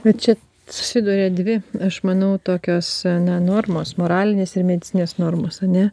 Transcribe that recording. bet čia susiduria dvi aš manau tokios na normos moralinės ir medicininės normos ane